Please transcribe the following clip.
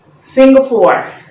Singapore